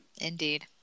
Indeed